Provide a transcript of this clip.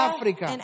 Africa